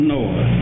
Noah